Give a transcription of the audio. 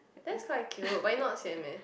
that's quite cute but you not sian meh